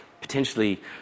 potentially